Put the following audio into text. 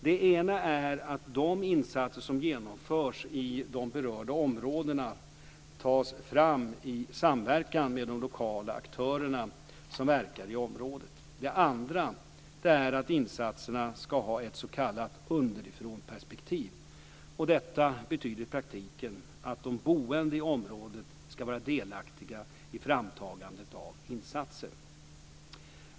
Det ena är att de insatser som genomförs i de berörda områdena tas fram i samverkan med de lokala aktörer som verkar i området. Det andra är att insatserna ska ha ett s.k. underifrånperspektiv. Detta betyder i praktiken att de boende i området ska vara delaktiga i framtagandet av insatser.